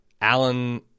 Alan